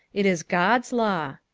it is god's law.